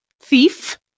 thief